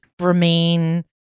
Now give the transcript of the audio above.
remain